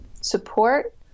support